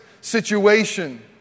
situation